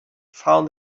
found